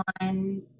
on